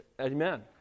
Amen